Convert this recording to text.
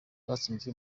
batsinze